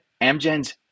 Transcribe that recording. Amgen's